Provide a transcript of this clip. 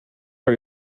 par